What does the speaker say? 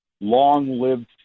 long-lived